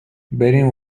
بریم